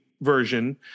version